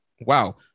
wow